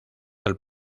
del